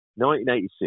1986